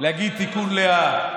להגיד תיקון לאה,